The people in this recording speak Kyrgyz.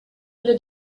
эле